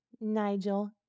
Nigel